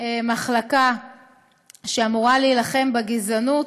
מחלקה שאמורה להילחם בגזענות,